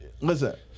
Listen